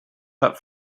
that